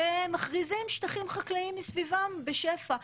והן מכריזים על שטחים חקלאיים מסביבן בשפע.